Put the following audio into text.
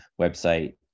website